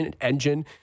engine